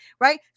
right